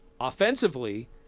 offensively